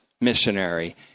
missionary